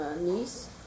niece